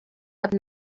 have